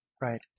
Right